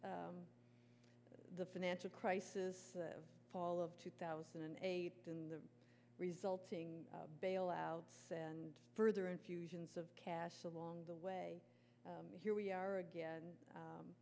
e the financial crisis fall of two thousand and eight and the resulting bailouts and further infusions of cash along the way here we are again